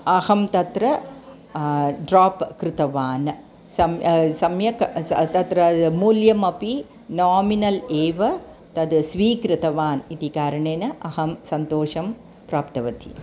अहं तत्र ड्राप् कृतवान् सम् सम्यक् स तत्र मूल्यमपि नामिनल् एव तद् स्वीकृतवान् इति कारणेन अहं सन्तोषं प्राप्तवती